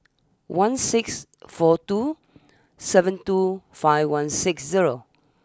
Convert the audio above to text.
one six four two seven two five one six zero